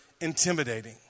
intimidating